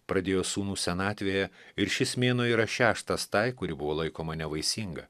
pradėjo sūnų senatvėje ir šis mėnuo yra šeštas tai kuri buvo laikoma nevaisinga